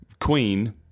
Queen